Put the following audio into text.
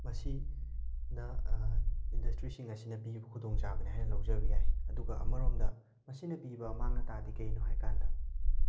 ꯃꯁꯤ ꯅ ꯏꯟꯗꯁꯇ꯭ꯔꯤꯁꯤꯡ ꯑꯁꯤꯅ ꯄꯤꯕ ꯈꯨꯗꯣꯡꯆꯥꯕꯅꯤ ꯍꯥꯏꯅ ꯂꯧꯖꯕ ꯌꯥꯏ ꯑꯗꯨꯒ ꯑꯃꯔꯣꯝꯗ ꯃꯁꯤꯅ ꯄꯤꯕ ꯑꯃꯥꯡ ꯑꯇꯥꯗꯤ ꯀꯩꯅꯣ ꯍꯥꯏꯀꯥꯟꯗ